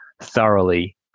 thoroughly